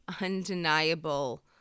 undeniable